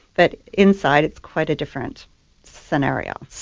but inside it's quite a different scenario,